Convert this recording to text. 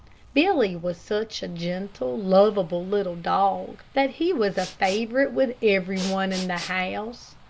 billy was such a gentle, lovable, little dog, that he was a favorite with every one in the house.